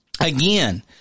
again